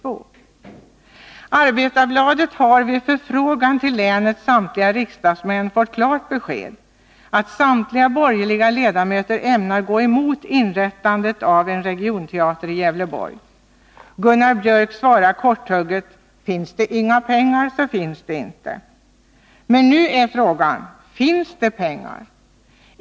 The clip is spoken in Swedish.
Arbetarbladet har vid förfrågan till länets samtliga riksdagsmän fått klart besked att samtliga borgerliga ledamöter ämnar gå emot inrättandet av en regionteater i Gävleborg. Gunnar Björk i Gävle svarar korthugget: ”Finns det inga pengar så finns det inte.” Men nu är frågan: Finns det pengar?